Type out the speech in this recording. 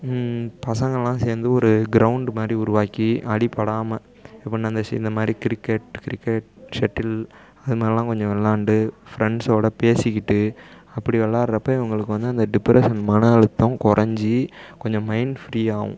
பசங்கெல்லாம் சேர்ந்து ஒரு கிரௌண்டு மாதிரி உருவாக்கி அடிப்படாமல் இப்போ இந் அந்த ஷி இந்தமாதிரி கிரிக்கெட் கிரிக்கெட் செட்டில் அது மாதிரிலாம் கொஞ்சம் விளாண்டு ஃப்ரெண்ட்ஸோடய பேசிக்கிட்டு அப்படி விளாடுறப்ப இவங்களுக்கு வந்து அந்த டிப்ரஷன் மன அழுத்தம் குறஞ்சி கொஞ்சம் மைண்ட் ஃப்ரீ ஆகும்